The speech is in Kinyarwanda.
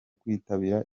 kwitabira